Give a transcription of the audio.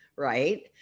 Right